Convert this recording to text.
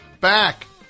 back